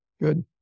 good